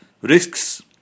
risks